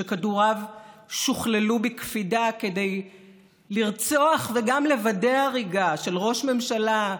שכדוריו שוכללו בקפידה כדי לרצוח וגם לוודא הריגה של ראש ממשלה,